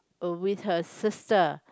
oh with her sister